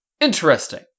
interesting